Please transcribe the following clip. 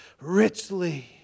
richly